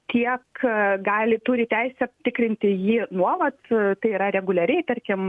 tiek gali turi teisę tikrinti jį nuolat tai yra reguliariai tarkim